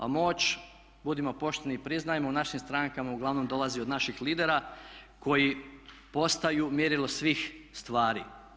A moć budimo pošteni i priznajmo u našim strankama uglavnom dolazi od naših lidera koji postaju mjerilo svih stvari.